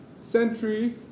century